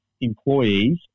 employees